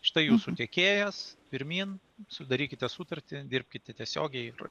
štai jūsų tiekėjas pirmyn sudarykite sutartį dirbkite tiesiogiai ir